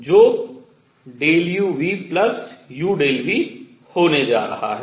जो u VuV होने जा रहा है